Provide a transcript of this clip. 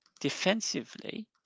defensively